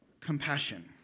compassion